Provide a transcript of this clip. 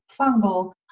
fungal